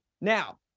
now